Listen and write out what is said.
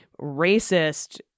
racist